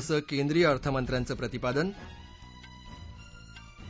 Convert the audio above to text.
असं केंद्रीय अर्थमंत्र्यांचं प्रतिपादन